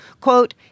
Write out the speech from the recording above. Quote